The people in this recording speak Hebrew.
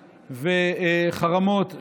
וחרמות,